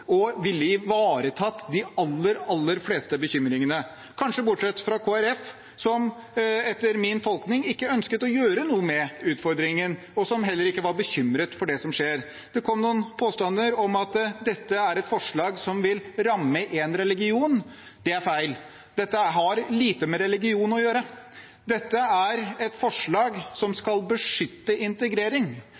og ville ivaretatt de aller, aller fleste bekymringene, kanskje bortsett fra Kristelig Folkeparti, som etter min tolkning ikke ønsker å gjøre noe med utfordringen, og som heller ikke er bekymret for det som skjer. Det kom noen påstander om at dette er et forslag som ville ramme én religion. Det er feil. Dette har lite med religion å gjøre. Dette er et forslag som skal beskytte integrering